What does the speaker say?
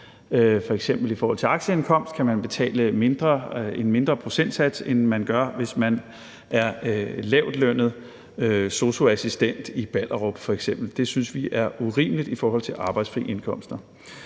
i forhold til aktieindkomst betale en mindre procentsats, end man gør, hvis man er lavtlønnet sosu-assistent i Ballerup. Det synes vi er urimeligt i forhold til arbejdsfri indkomster,